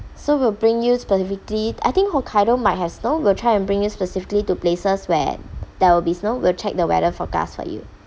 so we'll bring you specifically I think hokkaido might has snow we'll try and bring you specifically to places where there will be snow we'll check the weather forecast for you